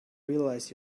realize